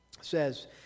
says